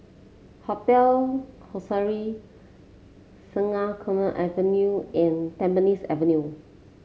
Hotel Ascendere Sungei Kadut Avenue and Tampines Avenue